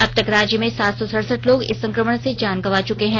अबतक राज्य में सात सौ सड़सठ लोग इस संक्रमण से जान गंवा चुके हैं